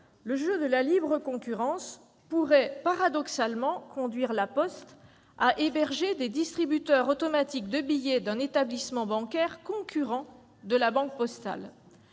le jeu de la libre concurrence pourrait paradoxalement conduire La Poste à héberger des distributeurs automatiques de billets d'un établissement bancaire concurrent de La Banque postale